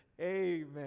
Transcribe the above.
Amen